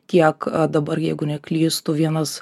kiek dabar jeigu neklystu vienas